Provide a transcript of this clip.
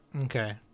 Okay